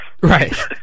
right